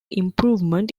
improvement